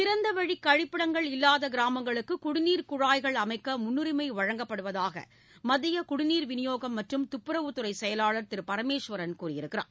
திறந்தவெளி கழிப்பிடங்கள் இல்லாத கிராமங்களுக்கு குடிநீர் குழாய்கள் அமைக்க முன்னுரிமை வழங்கப்படுவதாக மத்திய குடிநீர் விநியோகம் மற்றும் துப்புரவுத்துறை செயலாளர் திரு பரமேஸ்வரன் கூறியிருக்கிறார்